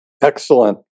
Excellent